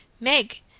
Meg